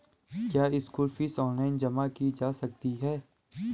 क्या school fees online जमा की जा सकती है?